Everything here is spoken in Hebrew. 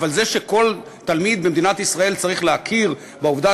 אבל זה שכל תלמיד במדינת ישראל צריך להכיר בעובדה